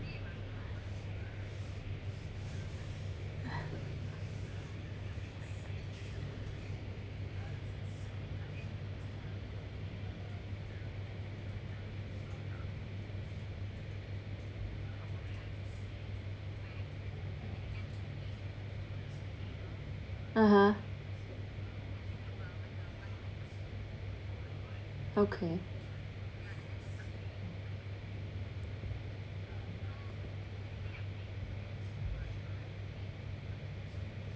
(uh huh) okay